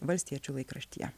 valstiečių laikraštyje